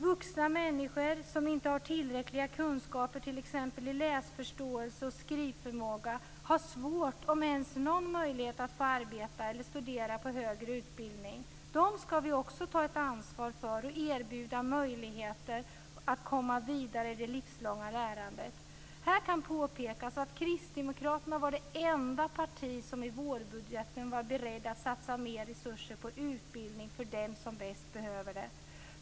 Vuxna människor som inte har tillräckliga kunskaper i t.ex. läsförståelse och skrivförmåga har svårt, om ens någon möjlighet, att få arbeta eller studera på högre utbildning. Dem skall vi också ta ett ansvar för och erbjuda möjligheter att komma vidare i det livslånga lärandet. Här kan påpekas att Kristdemokraterna var det enda parti som i vårbudgeten var berett att satsa mer resurser på utbildning för dem som bäst behöver det.